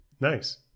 Nice